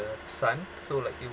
sun so like it